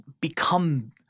become